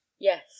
Yes